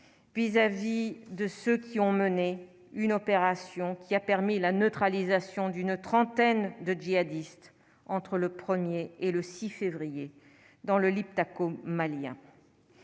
vis-à-vis de ceux qui ont mené une opération qui a permis la neutralisation d'une trentaine de jihadistes entre le 1er et le 6 février dans le Liptako malien,